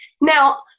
now